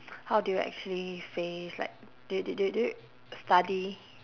how do you actually face like do do do do you study